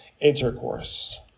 intercourse